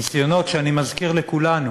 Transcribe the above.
ניסיונות שאני מזכיר לכולנו,